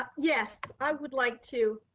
yeah yes, i would like to,